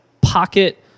pocket